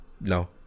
No